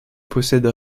possède